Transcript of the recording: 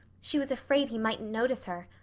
she was afraid he mightn't notice her.